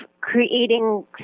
creating